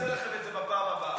נעשה לכם את זה בפעם הבאה.